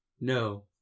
No